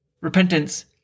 Repentance